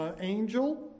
angel